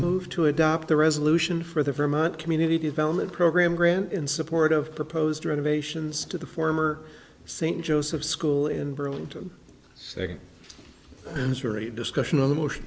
move to adopt the resolution for the vermont community development program grant in support of proposed renovations to the former st joseph school in burlington and her a discussion of the mo